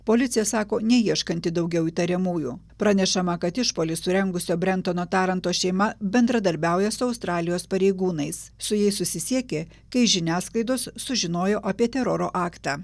policija sako neieškanti daugiau įtariamųjų pranešama kad išpuolį surengusio brentono taranto šeima bendradarbiauja su australijos pareigūnais su jais susisiekė kai žiniasklaidos sužinojo apie teroro aktą